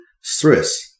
stress